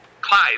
Clive